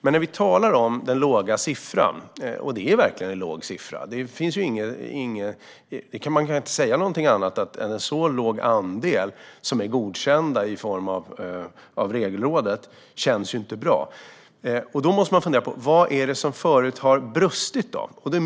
Man kan inte säga annat än att en så låg siffra på antalet godkända av Regelrådet ju inte är bra. Då måste man fundera på: Vad är det som har brustit?